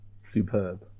Superb